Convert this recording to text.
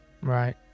Right